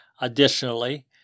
Additionally